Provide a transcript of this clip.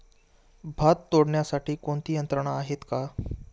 भात तोडण्यासाठी कोणती यंत्रणा आहेत का?